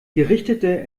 gerichtete